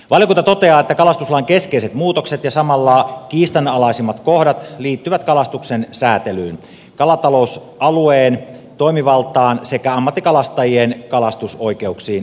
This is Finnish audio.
valiokunta toteaa että kalastuslain keskeiset muutokset ja samalla kiistanalaisimmat kohdat liittyvät kalastuksen säätelyyn kalatalousalueen toimivaltaan sekä ammattikalastajien kalastusoikeuksiin ja yleiskalastusoikeuksiin